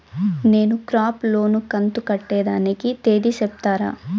నేను crop loan కంతు కట్టేదానికి తేది సెప్తారా?